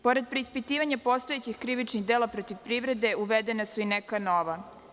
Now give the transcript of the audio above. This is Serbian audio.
Pored preispitivanja postojećih krivičnih dela protiv privrede uvedena su i neka nova.